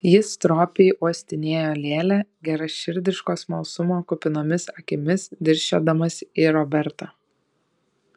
jis stropiai uostinėjo lėlę geraširdiško smalsumo kupinomis akimis dirsčiodamas į robertą